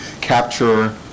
capture